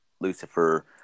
Lucifer